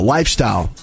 Lifestyle